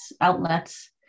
outlets